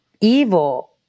Evil